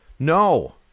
No